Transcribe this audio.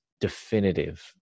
definitive